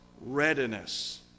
readiness